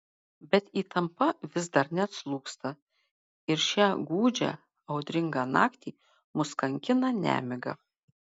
bet įtampa vis dar neatslūgsta ir šią gūdžią audringą naktį mus kankina nemiga